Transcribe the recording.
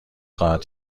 خواهد